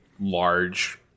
large